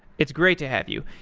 it's great to have you.